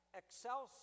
excel